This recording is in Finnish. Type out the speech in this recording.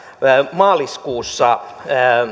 maaliskuussa